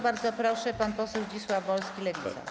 Bardzo proszę, pan poseł Zdzisław Wolski, Lewica.